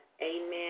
Amen